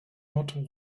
not